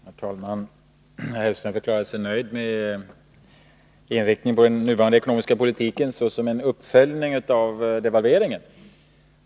Herr talman! Herr Hellström förklarade sig nöjd med inriktningen av den nuvarande ekonomiska politiken, såsom en uppföljning av devalveringen.